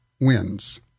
wins